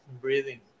breathing